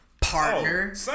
partner